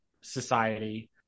society